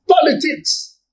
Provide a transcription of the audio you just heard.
Politics